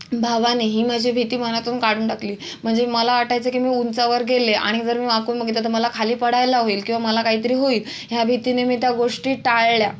भावाने ही माझी भीती मनातून काढून टाकली म्हणजे मला वाटायचं की मी उंचावर गेले आणि जर मी वाकून बघितलं तर मला खाली पडायला होईल किंवा मला काहीतरी होईल या भीतीने मी त्या गोष्टी टाळल्या